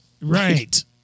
Right